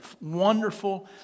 wonderful